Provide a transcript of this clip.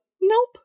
Nope